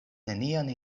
nenian